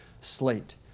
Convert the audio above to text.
slate